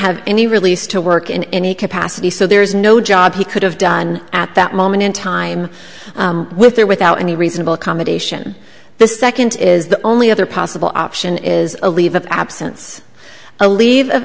have any release to work in any capacity so there is no job he could have done at that moment in time with or without any reasonable accommodation the second is the only other possible option is a leave of absence a leave of